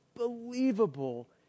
unbelievable